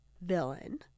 villain